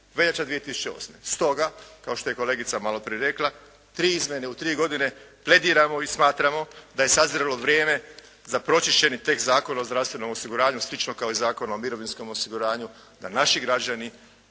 veljača 2008. Stoga kao što je i kolegica malo prije rekla, tri izmjene u tri godine, plediramo i smatramo da je sazrjelo vrijeme za pročišćeni tekst Zakona o zdravstvenom osiguranju slično kao i Zakon o mirovinskom osiguranju, da naši građani,